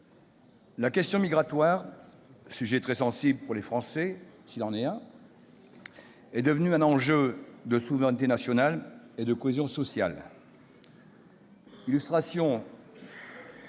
la question migratoire, sujet sensible pour les Français s'il en est, est devenue un enjeu de souveraineté nationale et de cohésion sociale. Illustration